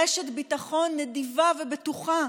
רשת ביטחון נדיבה ובטוחה.